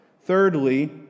Thirdly